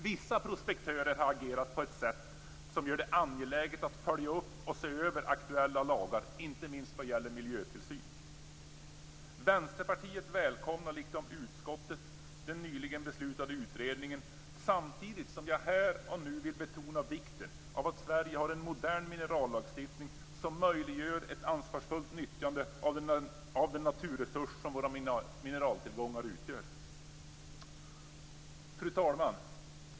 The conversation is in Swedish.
Vissa prospektörer har agerat på ett sätt som gör det angeläget att följa upp och se över aktuella lagar, inte minst vad beträffar miljöhänsyn. Vänsterpartiet, liksom utskottet, välkomnar den nyligen beslutade utredningen, samtidigt som jag här och nu vill betona vikten av att Sverige har en modern minerallagstiftning som möjliggör ett ansvarsfullt nyttjande av den naturresurs som våra mineraltillgångar utgör. Fru talman!